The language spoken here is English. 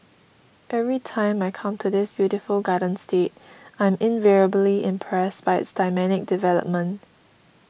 every time I come to this beautiful garden state I'm invariably impressed by its dynamic development